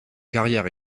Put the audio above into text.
carrière